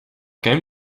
game